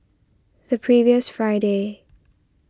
the previous Friday